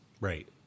Right